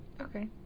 Okay